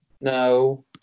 No